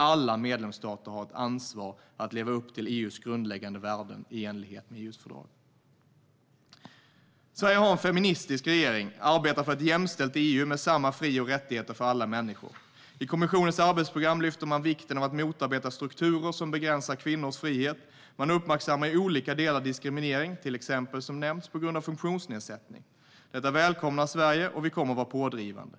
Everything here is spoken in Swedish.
Alla medlemsstater har ett ansvar att leva upp till EU:s grundläggande värden i enlighet med EU:s fördrag. Sverige har en feministisk regering och arbetar för ett jämställt EU med samma fri och rättigheter för alla människor. I kommissionens arbetsprogram lyfter man vikten av att motarbeta strukturer som begränsar kvinnors frihet, och man uppmärksammar i olika delar diskriminering, till exempel, som nämnts, på grund av funktionsnedsättning. Detta välkomnar Sverige, och vi kommer att vara pådrivande.